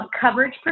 coverage